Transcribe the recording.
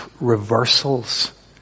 reversals